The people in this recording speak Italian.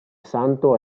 santo